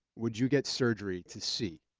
would you get surgery to see?